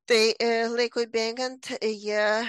tai laikui bėgant jie